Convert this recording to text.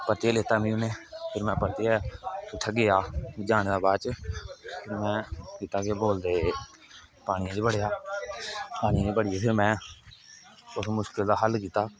परतियै लेता मिगी उनें फिर में परतियै उत्थै गेआ जाने दे बाद च में कीता केह् बोलदे पानियै च बडे़आ पानियै च बड़ियै फिर में उस मुश्कल दा हल कीता